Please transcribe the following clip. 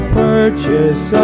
purchase